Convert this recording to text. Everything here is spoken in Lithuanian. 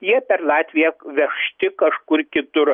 jie per latviją vežti kažkur kitur